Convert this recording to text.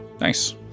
Nice